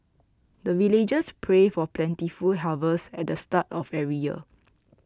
the villagers pray for plentiful harvest at the start of every year